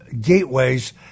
gateways